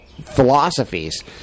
philosophies